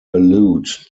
allude